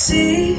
See